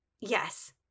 Yes